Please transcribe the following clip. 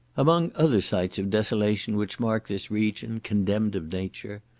among other sights of desolation which mark this region, condemned of nature,